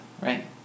right